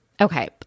okay